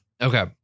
Okay